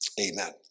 Amen